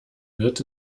wird